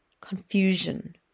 confusion